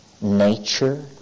Nature